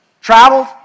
Traveled